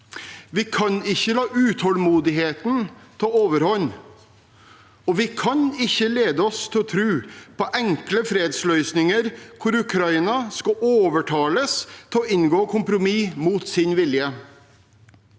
Vi kan ikke la utålmodigheten ta overhånd, og vi kan ikke ledes til å tro på enkle fredsløsninger, hvor Ukraina skal overtales til å inngå kompromiss mot sin vilje.